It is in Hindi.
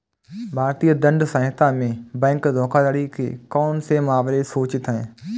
भारतीय दंड संहिता में बैंक धोखाधड़ी के कौन से मामले सूचित हैं?